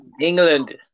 England